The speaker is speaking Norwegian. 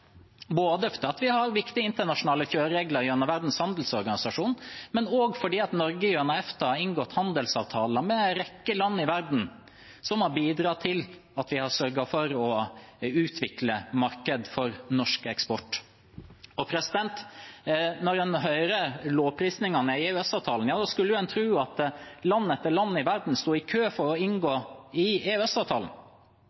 både fordi vi har viktige internasjonale kjøreregler gjennom Verdens handelsorganisasjon, og fordi Norge gjennom EFTA har inngått handelsavtaler med en rekke land i verden, noe som har bidratt til at vi har sørget for å utvikle et marked for norsk eksport. Når en hører lovprisningene av EØS-avtalen, skulle en tro at land etter land i verden sto i kø for å inngå